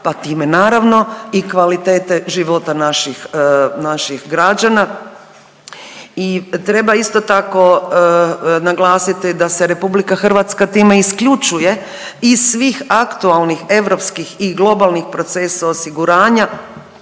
pa time naravno i kvalitete života naših građana. Treba isto tako naglasiti da se RH time isključuje iz svih aktualnih europskih i globalnih procesa osiguranja